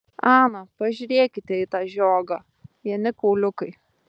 ana pažiūrėkite į tą žiogą vieni kauliukai